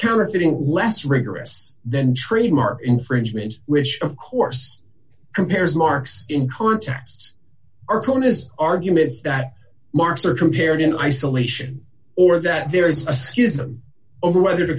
a fitting less rigorous than trademark infringement which of course compares marks in context or conus arguments that marks are compared in isolation or that there is a schism over whether to